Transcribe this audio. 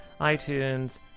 iTunes